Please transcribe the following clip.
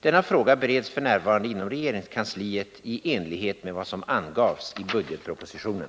Denna fråga bereds f. n. inom regeringskansliet i enlighet med vad som angavs i budgetpropositionen.